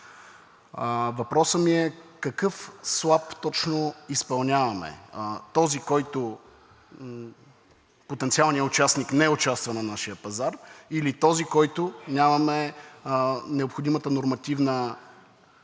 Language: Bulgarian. Въпросът ми е какъв суап точно изпълняваме – този, който потенциалният участник не участва на нашия пазар, или този, който нямаме необходимата нормативна документация?